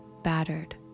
battered